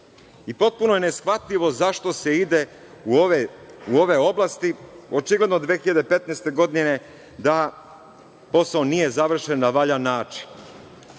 i potpuno je neshvatljivo zašto se ide u ove oblasti, očigledno 2015. godine da posao nije završen na valjan način.